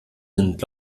sind